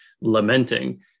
lamenting